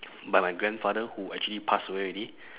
by my grandfather who actually pass away already